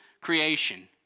creation